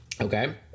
Okay